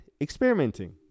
experimenting